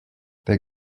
der